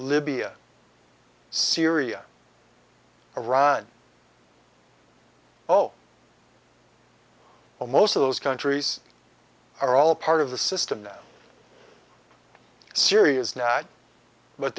libya syria iran oh well most of those countries are all part of the system that syria is now but